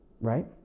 Right